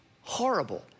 horrible